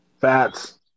Fats